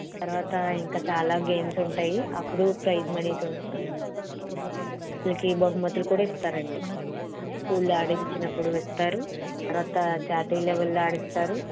తర్వాత ఇంకా చాలా గేమ్స్ ఉంటాయి అప్పుడు ప్రైజ్ మనీ ఉంటా వాళ్ళకి బహుమతులు కూడా ఇస్తారండి స్కూల్లో ఆడించిప్పుడు ఇస్తారు తర్వాత జాతీయ లెవెల్లో ఆడిస్తారు